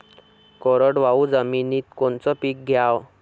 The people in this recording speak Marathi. कोरडवाहू जमिनीत कोनचं पीक घ्याव?